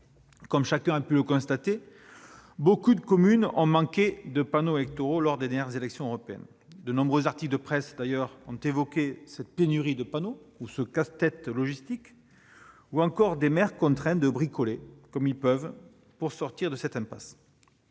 comme chacun a pu le constater, beaucoup de communes ont manqué de panneaux électoraux lors des dernières élections européennes. De nombreux articles de presse ont évoqué une « pénurie de panneaux », un « casse-tête logistique » ou encore des maires contraints de « bricoler » pour sortir de l'impasse.